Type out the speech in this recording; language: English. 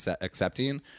accepting